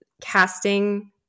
casting